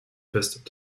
fest